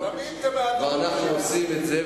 ואנחנו עושים את זה,